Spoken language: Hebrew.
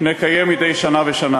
אסמאעיל הנייה אזרח ישראלי,